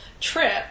trip